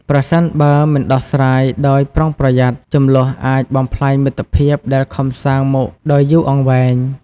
ប្រសិនបើមិនដោះស្រាយដោយប្រុងប្រយ័ត្ន ជម្លោះអាចបំផ្លាញមិត្តភាពដែលខំសាងមកដោយយូរអង្វែង ។